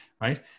right